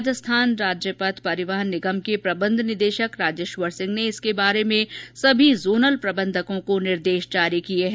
राजस्थान राज्य पथ परिवहन निगम के प्रबन्ध निदेशक राजेश्वर सिंह ने इसके बारे में सभी जोनल प्रबन्धकों को निर्देश जारी किये हैं